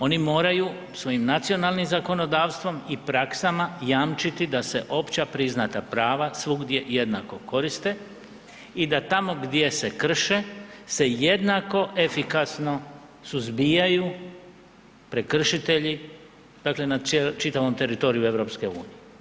Oni moraju svojim nacionalnim zakonodavstvom i praksama jamčiti da se opća priznata prava svugdje jednako koriste i da tamo gdje se krše se jednako efikasno suzbijaju prekršitelji na čitavom teritoriju EU.